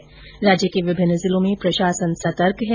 वहीं राज्य के विभिन्न जिलों में प्रशासन सतर्क है